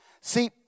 See